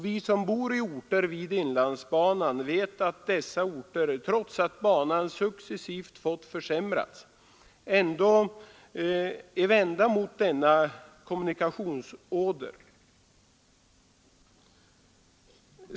Vi som bor i orter vid inlandsbanan vet att dessa orter, trots att banan successivt fått försämras, ändå är vända mot denna kommunikationsåder.